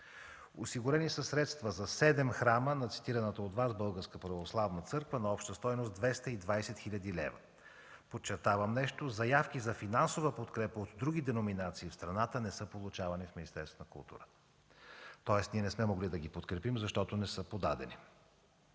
Осигурени са средства за седем храма на цитираната от Вас българска православна църква на обща стойност 220 хил. лв. Подчертавам нещо, заявки за финансова подкрепа от други деноминации в страната не са получавани в Министерството на културата. Тоест, ние не сме могли да ги подкрепим, защото не са подадени.